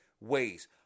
ways